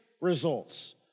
results